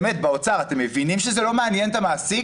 באמת באוצר אתם מבינים שזה לא מעניין את המעסיק?